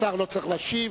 השר לא צריך להשיב.